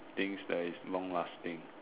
things that is long lasting